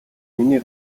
миний